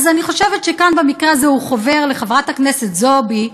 אז אני חושבת שכאן במקרה הזה הוא חובר לחברת הכנסת זועבי,